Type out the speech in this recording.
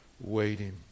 waiting